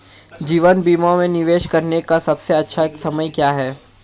जीवन बीमा में निवेश करने का सबसे अच्छा समय क्या है?